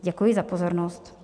Děkuji za pozornost.